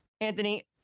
Anthony